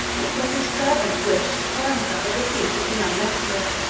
it was his fervent wish to throw himself at the feet of the young emperor,